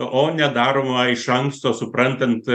o nedaroma iš anksto suprantant